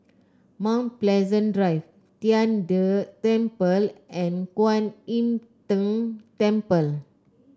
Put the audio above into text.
Mount Pleasant Drive Tian De Temple and Kwan Im Tng Temple